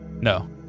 No